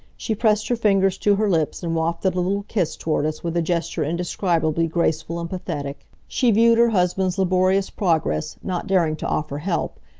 she pressed her fingers to her lips and wafted a little kiss toward us with a gesture indescribably graceful and pathetic. she viewed her husband's laborious progress, not daring to offer help.